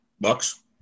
Bucks